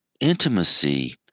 intimacy